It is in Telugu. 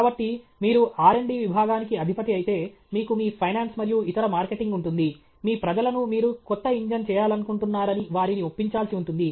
కాబట్టి మీరు ఆర్ అండ్ డి విభాగానికి అధిపతి అయితే మీకు మీ ఫైనాన్స్ మరియు ఇతర మార్కెటింగ్ ఉంటుంది ఈ ప్రజలను మీరు కొత్త ఇంజిన్ చేయాలనుకుంటున్నారని వారిని ఒప్పించాల్సి ఉంటుంది